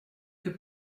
que